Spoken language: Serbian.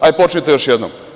Hajde počnite još jednom.